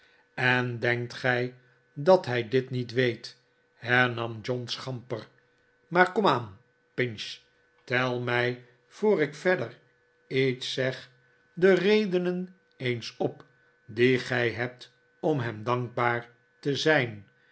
en denkt gij dat hij dit niet weet hernam john schamper maar komaan pinch tel mij voor ik verder iets zeg de redenen eens op die gij hebt om hem dankbaar te zijn